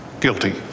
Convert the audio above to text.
Guilty